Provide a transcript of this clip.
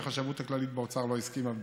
והחשבות הכללית באוצר לא הסכימה להם,